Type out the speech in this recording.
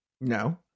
No